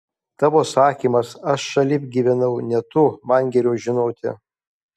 tavo sakymas aš šalip gyvenau ne tu man geriau žinoti